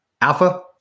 Alpha